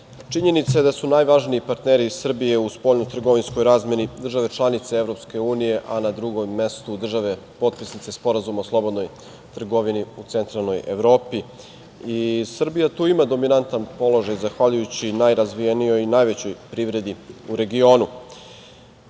činjenica je da su najvažniji partneri Srbije u spoljnotrgovinskoj razmeni države članice Evropske unije, a na drugom mestu države potpisnice Sporazuma o slobodnoj trgovini u centralnoj Evropi. Srbija tu ima dominantan položaj, zahvaljujući najrazvijenijoj i najvećoj privredi u regionu.